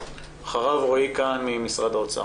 אחריו רועי קאהן ממשרד האוצר.